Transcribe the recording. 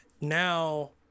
Now